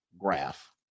Graph